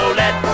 let